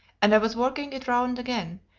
and i was working it round again,